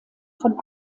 von